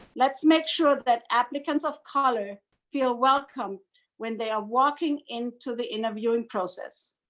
let's make sure that applicants of color feel welcome when they are walking into the interviewing process.